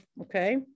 okay